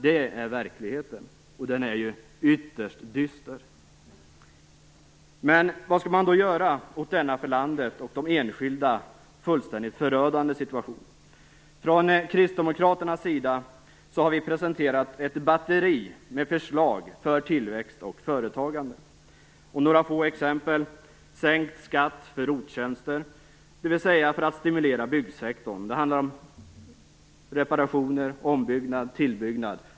Det är verkligheten, och den är ytterst dyster. Vad skall man då göra åt denna för landet och för de enskilda fullständigt förödande situation? Från Kristdemokraternas sida har vi presenterat ett batteri med förslag för tillväxt och företagande. Ett exempel är sänkt skatt för ROT-tjänster för att stimulera byggsektorn. Det handlar om reparationer, ombyggnad och tillbyggnad.